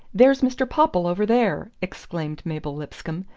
there's mr. popple over there! exclaimed mabel lipscomb,